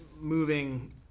moving